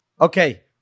Okay